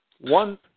One